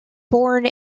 born